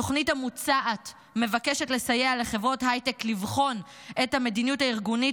התוכנית המוצעת מבקשת לסייע לחברות הייטק לבחון את המדיניות הארגונית